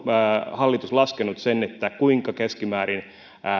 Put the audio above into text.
hallitus laskenut kuinka